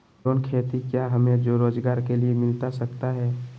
Loan खेती क्या हमें रोजगार के लिए मिलता सकता है?